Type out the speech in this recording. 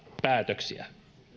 päätöksiä